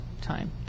time